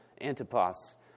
Antipas